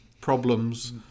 problems